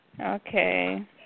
Okay